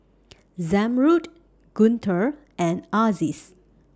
Zamrud Guntur and Aziz